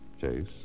Chase